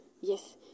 yes